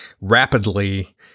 rapidly